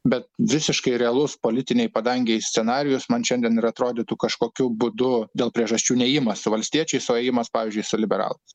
bet visiškai realus politinėj padangėj scenarijus man šiandien ir atrodytų kažkokiu būdu dėl priežasčių neėjimas su valstiečiais o ėjimas pavyzdžiui su liberalais